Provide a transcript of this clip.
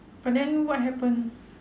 but then what happen